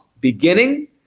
beginning